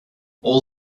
all